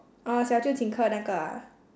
哦小舅请客那个啊